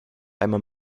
einmal